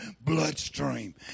bloodstream